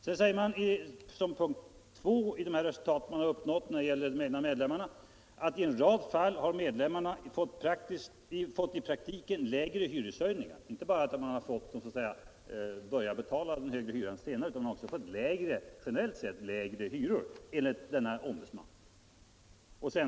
Sedan nämner man som punkt 2 i de resultat man har uppnått för de egna medlemmarna: ”I en rad fall har medlemmar fått i praktiken lägre hyreshöjningar än icke-medlemmar.” Det är inte bara så att de har fått börja betala den högre hyran senare, utan de har också fått generellt sett lägre hyror, enligt denne ombudsman.